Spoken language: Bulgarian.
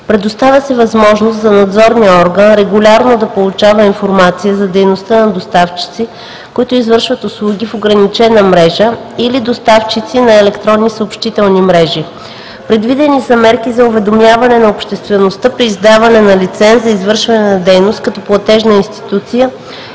Предоставя се възможност за надзорния орган регулярно да получава информация за дейността на доставчици, които извършват услуги в ограничена мрежа или доставчици на електронни съобщителни мрежи. Предвидени са мерки за уведомяване на обществеността при издаване на лиценз за извършване на дейност като платежна институция